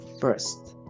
first